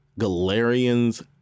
Galarian's